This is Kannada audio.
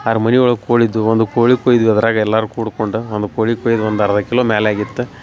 ಆರು ಮನೆ ಒಳಗ ಕೋಳಿ ಇದ್ವು ಒಂದು ಕೋಳಿ ಕೊಯ್ದ್ವಿ ಅದ್ರಾಗ ಎಲ್ಲಾರು ಕೂಡ್ಕೊಂಡ ಒಂದು ಕೋಳಿ ಕುಯ್ದ ಒಂದು ಅರ್ಧ ಕಿಲೋ ಮ್ಯಾಲೆ ಆಗಿತ್ತು